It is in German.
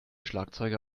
schlagzeuger